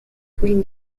green